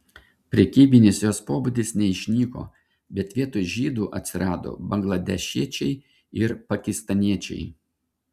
prekybinis jos pobūdis neišnyko bet vietoj žydų atsirado bangladešiečiai ir pakistaniečiai